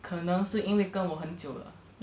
可能是因为跟我很久了